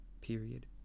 period